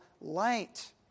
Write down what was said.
light